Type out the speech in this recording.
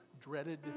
dreaded